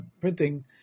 printing